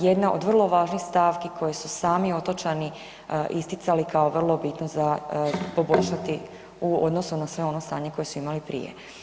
Jedna od vrlo važnih stavki koje su sami otočani isticali kao vrlo bitno za poboljšati u odnosu na sve ono stanje koje su imali prije.